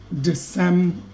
December